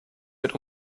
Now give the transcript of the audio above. mit